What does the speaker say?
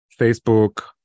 Facebook